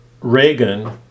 Reagan